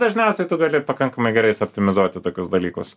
dažniausiai tu gali pakankamai gerai suoptimizuoti tokius dalykus